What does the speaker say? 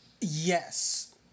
Yes